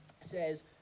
says